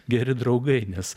geri draugai nes